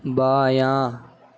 بایاں